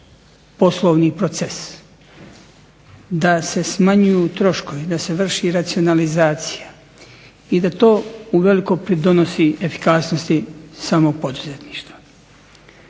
poslovni proces, da se smanjuju troškovi, da se vrši racionalizacija, i da to uveliko pridonosi efikasnosti samog poduzetništva.